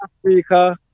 Africa